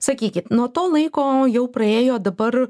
sakykit nuo to laiko jau praėjo dabar